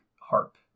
Harp